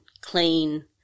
clean